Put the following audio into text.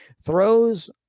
throws